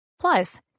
Plus